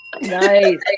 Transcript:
Nice